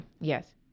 Yes